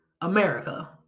America